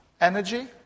Energy